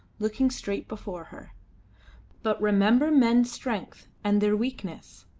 looking straight before her but remember men's strength and their weakness.